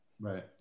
Right